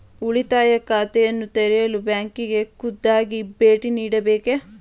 ಉಳಿತಾಯ ಖಾತೆಯನ್ನು ತೆರೆಯಲು ಬ್ಯಾಂಕಿಗೆ ಖುದ್ದಾಗಿ ಭೇಟಿ ನೀಡಬೇಕೇ?